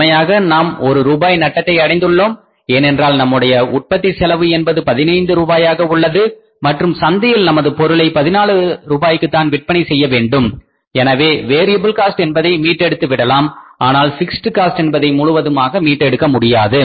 உண்மையாக நாம் ஒரு ரூபாய் நட்டத்தை அடைந்துள்ளோம் ஏனென்றால் நம்முடைய உற்பத்தி செலவு என்பது 15 ரூபாயாக உள்ளது மற்றும் சந்தையில் நமது பொருளை 14 ரூபாய்க்குத்தான் விற்பனை செய்ய வேண்டும் எனவே வேரியபில் காஸ்ட் என்பதை மீட்டு விடலாம் ஆனால் பிக்ஸ்ட் காஸ்ட் என்பதை முழுவதுமாக மீட்டெடுக்க முடியாது